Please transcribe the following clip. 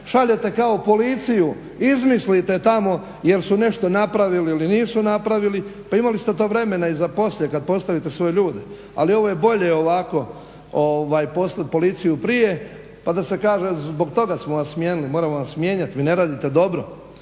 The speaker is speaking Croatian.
šaljete kao policiju, izmislite tamo jer su nešto napravili ili nisu napravili. Pa imali ste to vremena i poslije kada postavite svoje ljude, ali ovo je bolje ovako poslati policiju prije pa da se kaže zbog toga smo vas smijenili, moramo vas mijenjati, vi ne radite dobro.